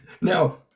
Now